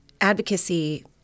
advocacy